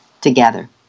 together